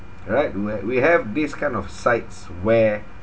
alright where we have these kind of sites where